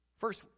First